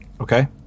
Okay